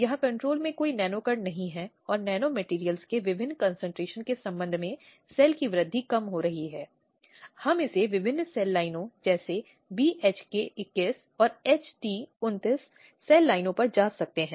ऐसे मामलों को दूर किया जा सकता है जिन्हें खारिज किया जा सकता है